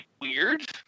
weird